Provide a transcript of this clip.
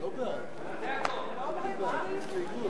לא נתקבלה.